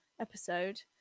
episode